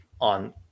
on